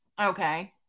Okay